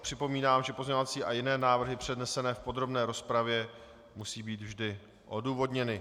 Připomínám, že pozměňovací a jiné návrhy přednesené v podrobné rozpravě musí být vždy odůvodněny.